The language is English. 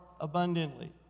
abundantly